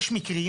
יש מקרים